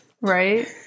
Right